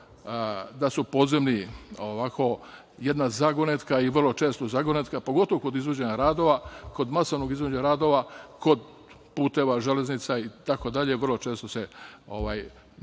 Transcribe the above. da su podzemni ovako jedna zagonetka i vrlo često zagonetka, pogotovo kod izvođenja radova, kod masovnog izvođenja radova kod puteva, železnica itd. vrlo često se naleće